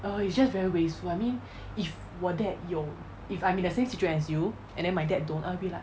uh it's just very wasteful I mean if 我 dad 有 if I'm in the same situation as you and then my dad don't agree lah